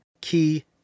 key